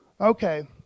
Okay